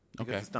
Okay